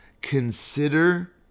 consider